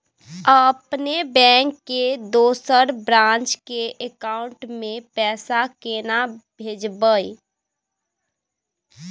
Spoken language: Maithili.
अपने बैंक के दोसर ब्रांच के अकाउंट म पैसा केना भेजबै?